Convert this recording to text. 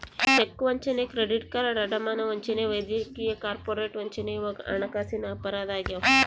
check ವಂಚನೆ credit card ಅಡಮಾನ ವಂಚನೆ ವೈದ್ಯಕೀಯ ಕಾರ್ಪೊರೇಟ್ ವಂಚನೆ ಇವು ಹಣಕಾಸಿನ ಅಪರಾಧ ಆಗ್ಯಾವ